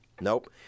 Nope